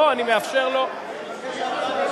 אני מאפשר לו להשיב.